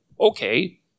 okay